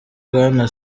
bwana